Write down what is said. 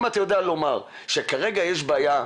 אם אתה יודע לומר שכרגע יש בעיה,